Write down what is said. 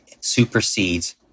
supersedes